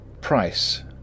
Price